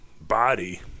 body